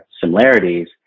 similarities